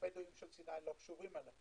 שהבדואים של סיני לא קשורים אליו.